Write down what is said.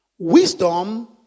Wisdom